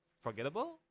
forgettable